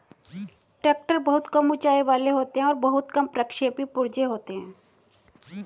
tractor बहुत कम ऊँचाई वाले होते हैं और बहुत कम प्रक्षेपी पुर्जे होते हैं